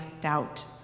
doubt